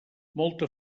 molta